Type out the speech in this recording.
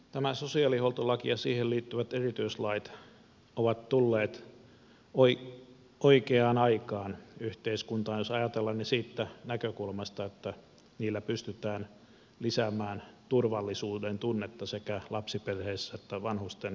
tämä sosiaalihuoltolaki ja siihen liittyvät erityislait ovat tulleet oikeaan aikaan yhteiskuntaan jos ajatellaan niitä siitä näkökulmasta että niillä pystytään lisäämään turvallisuudentunnetta sekä lapsiperheissä että vanhusten keskuudessa